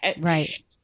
Right